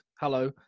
hello